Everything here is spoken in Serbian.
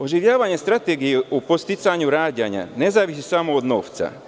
Oživljavanje Strategije o podsticanju rađanja ne zavisi samo od novca.